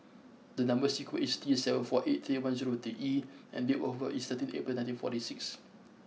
the number sequence is T seven four eight three one zero two E and date of birth is thirteenth April nineteen forty six